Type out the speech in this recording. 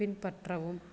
பின்பற்றவும்